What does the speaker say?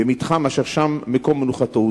במתחם אשר שם מקום מנוחתו,